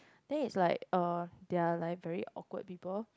then it's like uh they're like very awkward people